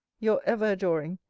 your ever-adoring,